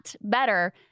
better